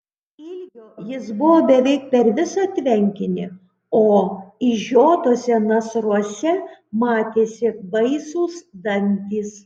ilgio jis buvo beveik per visą tvenkinį o išžiotuose nasruose matėsi baisūs dantys